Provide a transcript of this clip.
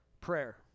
Prayer